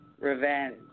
revenge